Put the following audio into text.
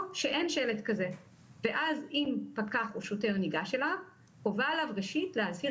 או שאין שלט כזה ואז אם פקח או שוטר ניגש אליו חובה עליו ראשית להזהיר